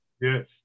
Yes